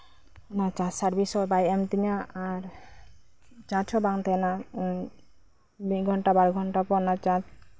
ᱚᱱᱟ charge service ᱦᱚᱸ ᱵᱟᱭ ᱮᱢ ᱛᱤᱧᱟᱹ ᱟᱨ ᱪᱟᱨᱡᱽ ᱦᱚᱸ ᱵᱟᱝ ᱛᱟᱦᱮᱱᱟ ᱟᱫᱚ ᱢᱤᱫ ᱜᱷᱚᱱᱴᱟᱼᱵᱟᱨ ᱜᱷᱚᱱᱴᱟ ᱯᱚᱨ ᱚᱱᱟ ᱪᱟᱨᱡ